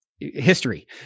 history